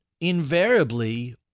invariably